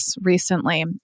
recently